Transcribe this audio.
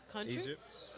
Egypt